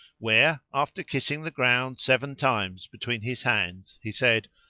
where, after kissing the ground seven times between his hands, he said,